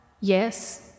Yes